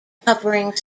covering